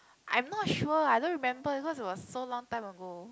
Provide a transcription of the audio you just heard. I'm not sure I don't remember because it was so long time ago